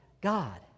God